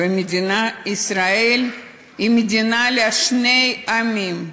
ומדינת ישראל היא מדינה לשני עמים,